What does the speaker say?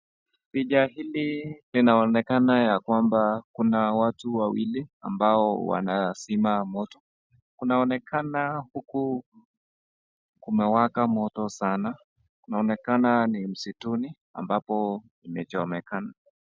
Picha hili linaonekana ya kwamba Kuna watu wawili ambao wanazima moto , kunaonekana huku kumewaka moto sana, kunaonekana ni msituni ambapo imechomekana.